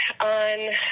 on